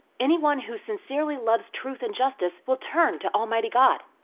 anyone who sincerely loves truth and justice will turn to almighty god.